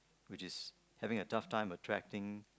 which is having a tough time attracting